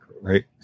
right